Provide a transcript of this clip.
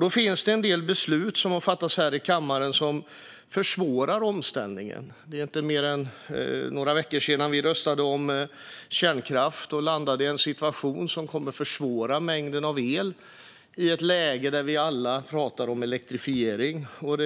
Det finns dock en del beslut som har fattats här i kammaren som försvårar den omställningen; det är inte mer än några veckor sedan vi röstade om kärnkraft och landade i en situation som kommer att försvåra produktionen av el i ett läge där vi alla talar om elektrifiering. Om